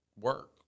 work